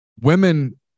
Women